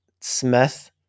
Smith